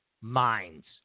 Minds